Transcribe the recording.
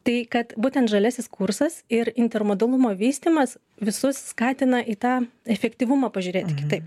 tai kad būtent žaliasis kursas ir intermodalumo vystymas visus skatina į tą efektyvumą pažiūrėti kitaip